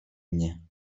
mnie